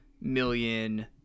million